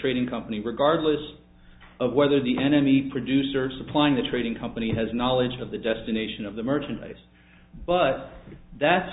trading company regardless of whether the enemy producer supplying the trading company has knowledge of the destination of the merchant base but that's